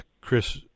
Chris